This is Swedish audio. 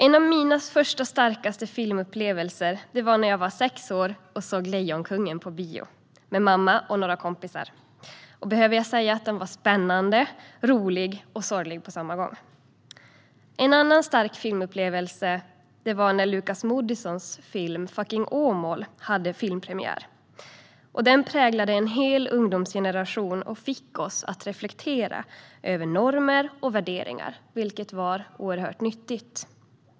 En av mina första starka filmupplevelser var när jag var sex år och såg Lejonkungen på bio med mamma och några kompisar. Behöver jag säga att den var spännande, rolig och sorglig på samma gång? En annan stark filmupplevelse var när Lukas Moodysons film Fucking Åmål hade premiär. Den präglade en hel ungdomsgeneration och fick oss att reflektera över normer och värderingar, vilket var oerhört nyttigt.